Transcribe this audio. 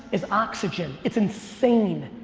is oxygen. it's insane,